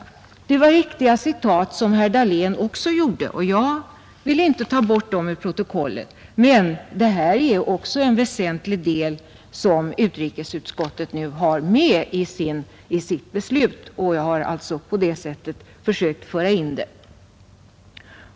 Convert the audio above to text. Det var också riktiga citat som herr Dahlén återgav, och jag vill inte ta bort dem ur protokollet. Men det uttalande jag citerat är också väsentligt.